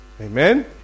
Amen